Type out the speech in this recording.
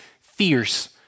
fierce